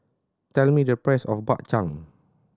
tell me the price of Bak Chang